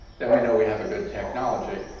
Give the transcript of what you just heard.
then we know we have a good technology.